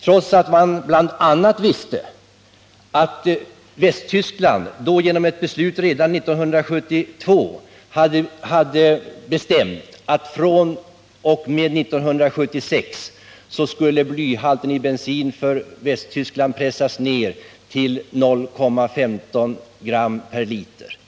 trots att man bl.a. visste att Västtyskland genom ett beslut redan 1972 hade bestämt att man fr.o.m. 1976 skulle pressa ner blyhalten i bensin till 0,15 gram per liter.